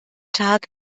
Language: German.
tag